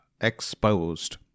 exposed